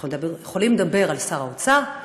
אנחנו יכולים לדבר על שר האוצר,